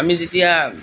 আমি যেতিয়া